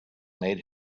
made